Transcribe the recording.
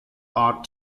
are